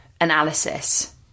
analysis